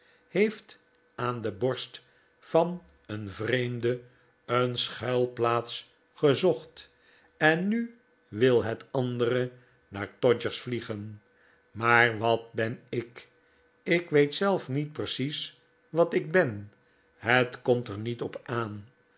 heeft aan de borst van een vreemde een schuilplaats gezocht en nu wil het andere naar todgers vliegen maar wat ben ik ik weet zelf niet precies wat ik ben het komt er niet op aan